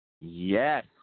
Yes